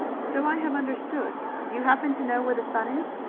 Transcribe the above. so i have understood. do you happen to know where the son is?